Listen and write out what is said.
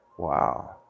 Wow